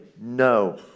no